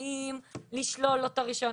האם לשלול לו את הרישיון.